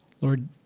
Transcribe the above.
Lord